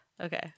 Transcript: Okay